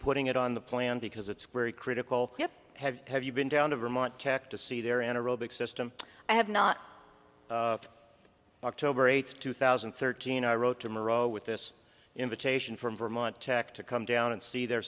putting it on the plan because it's very critical you have have you been down to vermont tech to see their anaerobic system i have not october eighth two thousand and thirteen i wrote tomorrow with this invitation from vermont tech to come down and see their